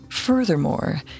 Furthermore